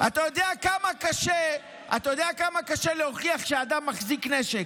אתה יודע כמה קשה להוכיח שאדם מחזיק נשק.